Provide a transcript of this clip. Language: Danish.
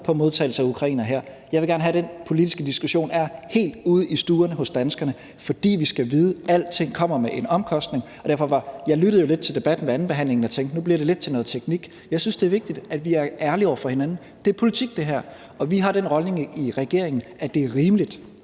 på modtagelse af ukrainere her. Jeg vil gerne have, at den politiske diskussion er helt ude i stuerne hos danskerne, fordi vi skal vide, at alting kommer med en pris. Jeg lyttede jo lidt til debatten ved andenbehandlingen og tænkte, at nu bliver det lidt til noget teknik. Jeg synes, det er vigtigt, at vi er ærlige over for hinanden. Det her er politik, og vi har den holdning i regeringen, at det, der sker